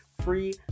free